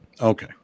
Okay